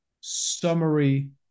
summary